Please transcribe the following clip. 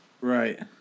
Right